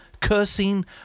Cursing